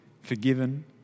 forgiven